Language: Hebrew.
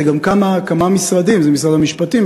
שזה גם כמה משרדים: זה משרד המשפטים,